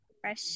Fresh